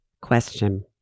question